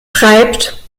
schreibt